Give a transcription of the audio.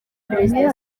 perezida